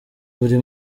buri